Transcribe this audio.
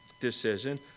decision